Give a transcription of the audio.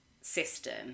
system